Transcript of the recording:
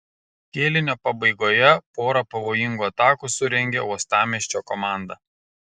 kėlinio pabaigoje porą pavojingų atakų surengė uostamiesčio komanda